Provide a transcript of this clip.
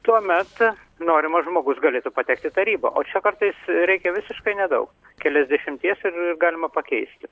tuomet norimas žmogus galėtų patekti į tarybą o čia kartais reikia visiškai nedaug keliasdešimties ir galima pakeisti